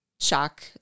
shock